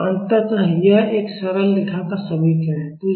अतः यह एक सरल रेखा का समीकरण है